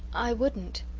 i wouldn't.